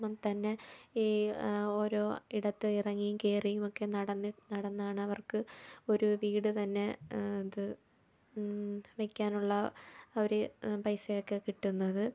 തന്നെ ഈ ഓരോ ഇടത്തും ഇറങ്ങിയും കയറിയും ഒക്കെ നടന്നിട്ട് നടന്നാണ് അവർക്ക് ഒരു വീട് തന്നെ അത് വെക്കാനുള്ള ഒരേ പൈസയൊക്കെ കിട്ടുന്നത്